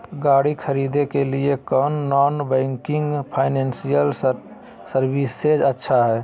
गाड़ी खरीदे के लिए कौन नॉन बैंकिंग फाइनेंशियल सर्विसेज अच्छा है?